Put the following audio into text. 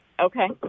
Okay